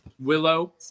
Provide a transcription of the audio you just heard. Willow